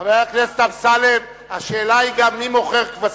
חבר הכנסת אמסלם, השאלה היא גם מי מוכר כבשים.